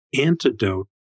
antidote